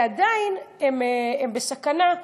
ועדיין הם בסכנה,